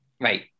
right